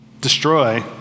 destroy